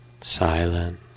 silent